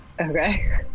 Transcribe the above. okay